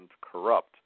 corrupt